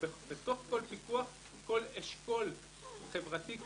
ובתוך כל פיקוח, כל אשכול חברתי-כלכלי